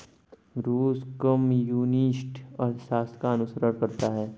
रूस कम्युनिस्ट अर्थशास्त्र का अनुसरण करता है